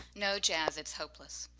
no, jazz, it's hopeless.